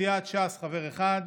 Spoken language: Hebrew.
סיעת ש"ס, חבר אחד,